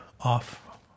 off